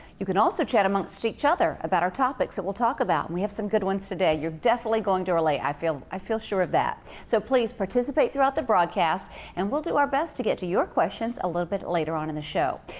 you can also chat amongst each other about our topics we talk about. and we have some good ones today. you're definitely going to relate, i feel i feel sure of that. so please, participate throughout the broadcast and we'll do our best to get to your questions a little bit later on in the show.